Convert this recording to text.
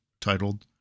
titled